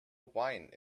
wine